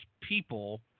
people